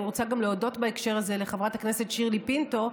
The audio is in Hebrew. אני רוצה גם להודות בהקשר הזה לחברת הכנסת שירלי פינטו,